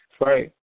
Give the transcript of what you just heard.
Right